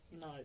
no